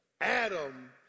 Adam